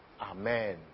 Amen